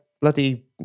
bloody